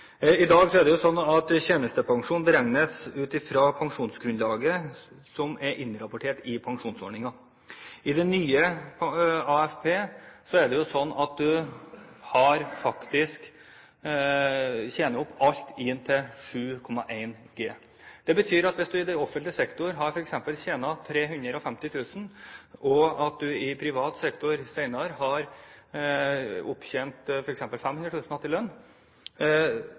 I dag er det jo slik at tjenestepensjon beregnes ut fra pensjonsgrunnlaget som er innrapportert i pensjonsordningen. I den nye AFP er det slik at man faktisk tjener opp alt inntil 7,1 G. Det betyr at hvis man i offentlig sektor f.eks. har tjent 350 000 kr, og at man i privat sektor senere har f.eks. 500 000 kr i lønn,